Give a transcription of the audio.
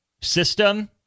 system